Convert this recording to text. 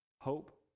hope